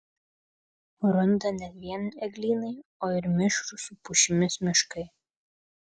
runda ne vien eglynai o ir mišrūs su pušimis miškai